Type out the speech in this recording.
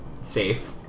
safe